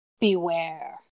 beware